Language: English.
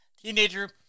teenager